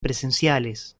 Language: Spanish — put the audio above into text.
presenciales